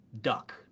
duck